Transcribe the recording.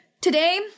Today